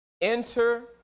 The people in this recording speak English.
enter